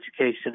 education